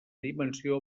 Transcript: dimensió